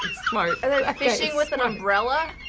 smart. they're fishing with an umbrella.